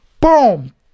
Boom